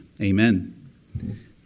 amen